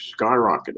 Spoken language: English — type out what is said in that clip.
skyrocketed